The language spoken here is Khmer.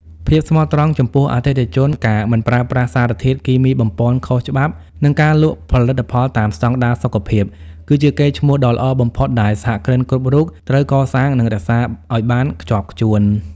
ភាពស្មោះត្រង់ចំពោះអតិថិជន ការមិនប្រើប្រាស់សារធាតុគីមីបំប៉នខុសច្បាប់ និងការលក់ផលិតផលតាមស្ដង់ដារសុខភាព គឺជាកេរ្តិ៍ឈ្មោះដ៏ល្អបំផុតដែលសហគ្រិនគ្រប់រូបត្រូវកសាង និងរក្សាឱ្យបានខ្ជាប់ខ្ជួន។